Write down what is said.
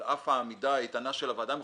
על אף העמידה האיתנה של הוועדה המחוזית,